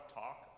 talk